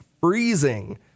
freezing